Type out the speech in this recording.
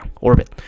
orbit